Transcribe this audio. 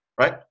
right